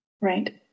Right